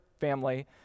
family